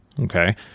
Okay